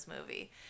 movie